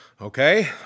Okay